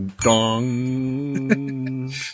Dong